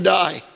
die